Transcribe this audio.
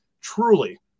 truly